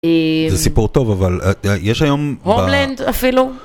זה סיפור טוב, אבל יש היום... הומלנד אפילו.